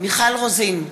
מיכל רוזין,